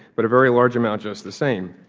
but a very large amount just the same.